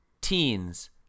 teens